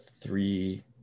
three